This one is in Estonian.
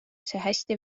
hästi